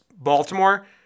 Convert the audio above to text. Baltimore